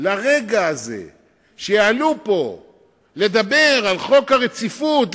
לרגע שיעלו פה לדבר על חוק הרציפות,